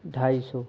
ढाई सौ